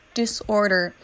disorder